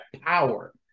power